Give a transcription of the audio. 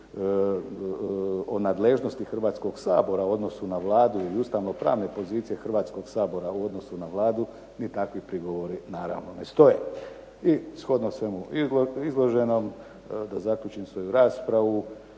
o nadležnosti Hrvatskoga sabora u odnosu na Vladu ili ustavno pravne pozicije Hrvatskoga sabora u odnosu na Vladu, ni takvi prigovori naravno ne stoje. I shodno svemu izloženom, da zaključim svoju raspravu,